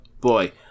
boy